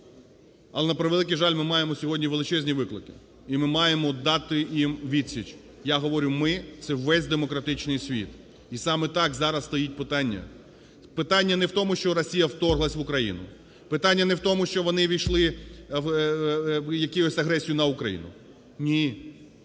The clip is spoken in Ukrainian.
Але, на превеликий жаль, ми маємо сьогодні величезні виклики, і ми маємо дати їм відсіч. Я говорю, ми – це весь демократичний світ. І саме так зараз стоїть питання. Питання не в тому, що Росія вторглась в Україну. Питання не в тому, що вони увійшли… якусь агресію на Україну. Ні.